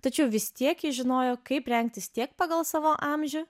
tačiau vis tiek ji žinojo kaip rengtis tiek pagal savo amžių